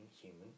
human